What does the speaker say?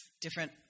different